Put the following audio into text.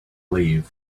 leave